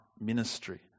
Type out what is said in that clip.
ministry